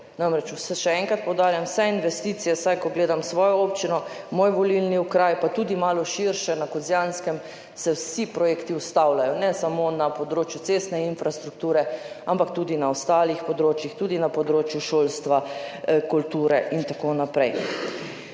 namreč, še enkrat poudarjam, vse investicije, vsaj ko gledam svojo občino, moj volilni okraj, pa tudi malo širše na Kozjanskem, se vsi projekti ustavljajo, ne samo na področju cestne infrastrukture, ampak tudi na ostalih področjih, tudi na področju šolstva, kulture in tako naprej.